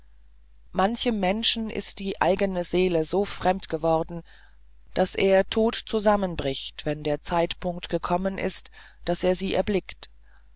manchem menschen ist die eigene seele so fremd geworden daß er tot zusammenbricht wenn der zeitpunkt gekommen ist daß er sie erblickt